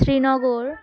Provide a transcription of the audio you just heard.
Srinagar